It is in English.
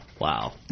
Wow